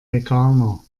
veganer